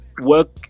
work